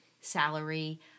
salary